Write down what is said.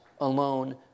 alone